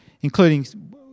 including